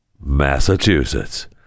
Massachusetts